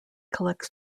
collects